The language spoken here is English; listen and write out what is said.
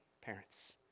parents